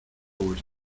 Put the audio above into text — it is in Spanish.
huerto